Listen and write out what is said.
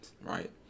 right